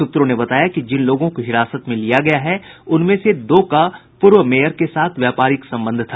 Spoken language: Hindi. सूत्रों ने बताया कि जिन लोगों को हिरासत में लिया गया है उनमें से दो का पूर्व मेयर के साथ व्यापारिक संबंध था